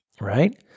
right